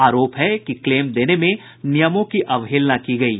आरोप है कि क्लेम देने में नियमों की अवहेलना की गयी